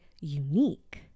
unique